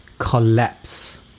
collapse